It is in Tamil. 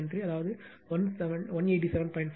93 அதாவது 187